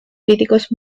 críticos